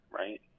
right